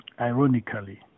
Ironically